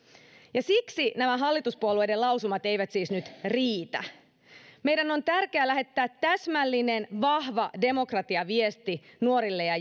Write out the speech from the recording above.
ja siksi nämä hallituspuolueiden lausumat eivät siis nyt riitä meidän on tärkeä lähettää täsmällinen vahva demokratiaviesti nuorille ja